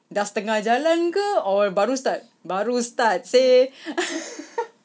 dah setengah jalan ke or baru start baru start seh